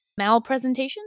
Malpresentation